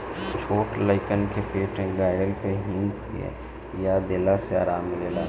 छोट लइकन के पेट गड़ला पे हिंग पिया देला से आराम मिलेला